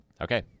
okay